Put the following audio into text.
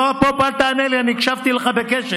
סגירת הוסטלים, אל תענה לי, אני הקשבתי לך בקשב.